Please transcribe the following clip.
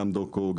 גם דוקו,